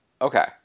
Okay